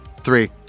Three